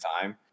time